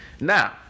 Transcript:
now